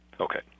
Okay